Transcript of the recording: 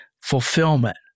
fulfillment